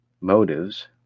Motives